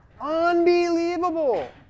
Unbelievable